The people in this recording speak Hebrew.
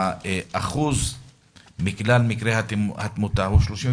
אחוז התמותה הוא 38%,